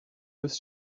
was